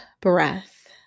breath